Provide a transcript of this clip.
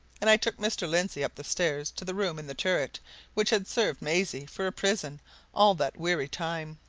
and i took mr. lindsey up the stairs to the room in the turret which had served maisie for a prison all that weary time.